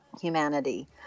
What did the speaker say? humanity